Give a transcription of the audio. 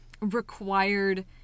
required